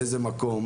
באיזה מקום.